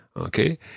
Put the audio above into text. Okay